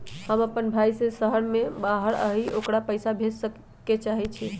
हमर अपन भाई जे शहर के बाहर रहई अ ओकरा पइसा भेजे के चाहई छी